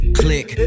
click